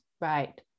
right